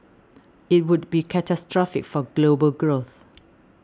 it would be catastrophic for global growth